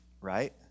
right